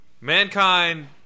Mankind